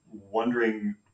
wondering